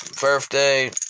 birthday